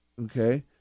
okay